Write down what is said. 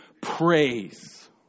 praise